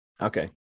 Okay